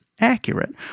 accurate